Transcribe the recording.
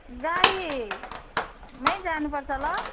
गाडीमै जानुपर्छ ल